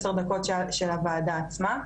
עשר דקות של הוועדה עצמה.